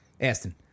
Aston